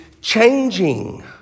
changing